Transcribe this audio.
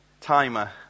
timer